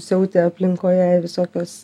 siautė aplinkoje visokios